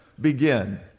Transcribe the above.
begin